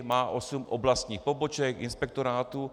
Má osm oblastních poboček, inspektorátů.